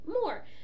more